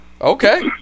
Okay